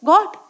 God